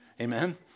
Amen